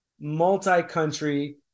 Multi-country